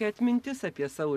jo atmintis apie savo